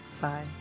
bye